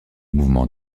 mouvement